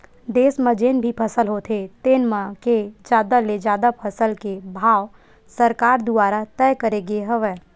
देस म जेन भी फसल होथे तेन म के जादा ले जादा फसल के भाव सरकार दुवारा तय करे गे हवय